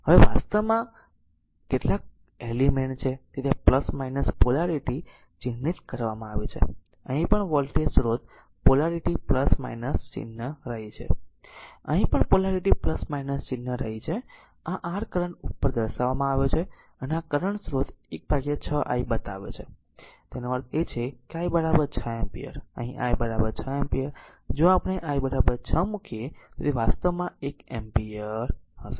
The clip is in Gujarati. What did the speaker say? હવે આ વાસ્તવમાં કેટલાક એલિમેન્ટ છે તેથી પોલારીટી ચિહ્નિત કરવામાં આવી છે અહીં પણ વોલ્ટેજ સ્રોત પોલારીટી ચિહ્ન રહી છે અહીં પણ પોલારીટી ચિહ્ન રહી છે અને આ r કરંટ ઉપર તરફ દર્શાવવામાં આવ્યો છે અને આ કરંટ સ્રોત 1 6 I બતાવે છે તેનો અર્થ એ છે કે જો I 6 એમ્પીયર અહીં I 6 એમ્પીયર જો આપણે I 6 અહીં મુકીએ તો તે વાસ્તવમાં 1 એમ્પીયર હશે